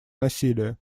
насилие